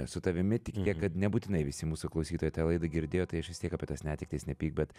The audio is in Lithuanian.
su tavimi tik tiek kad nebūtinai visi mūsų klausytojai tą laidą girdėjo tai aš vis tiek apie tas netektis nepyk bet